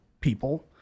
people